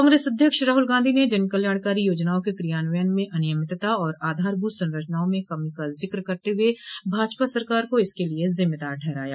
कांग्रेस अध्यक्ष राहुल गांधी ने जनकल्याणकारी योजनाओं के क्रियान्वयन में अनियमितता और आधारभूत संरचनाओं में कमी का जिक्र करते हुए भाजपा सरकार को इसके लिये जिम्मेदार ठहराया